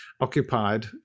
occupied